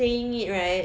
saying it right